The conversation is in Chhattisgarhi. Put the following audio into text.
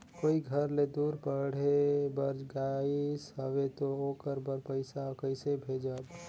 कोई घर ले दूर पढ़े बर गाईस हवे तो ओकर बर पइसा कइसे भेजब?